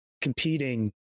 competing